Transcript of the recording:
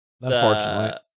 unfortunately